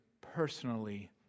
personally